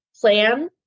plan